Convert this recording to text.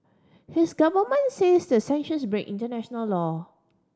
his government says the sanctions break international law